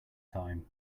time